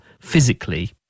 physically